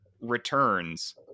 returns